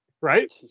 right